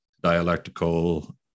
dialectical